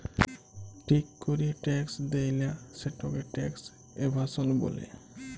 ঠিক ক্যরে ট্যাক্স দেয়লা, সেটকে ট্যাক্স এভাসল ব্যলে